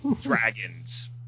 Dragons